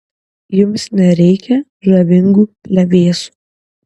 jums nereikia žavingų plevėsų